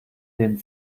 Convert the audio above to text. den